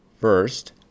First